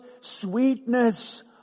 sweetness